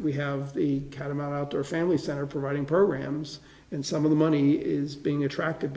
we have the kind of mouth or family center providing programs and some of the money is being attract